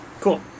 Cool